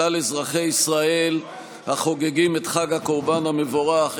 כלל אזרחי ישראל החוגגים את חג הקורבן המבורך,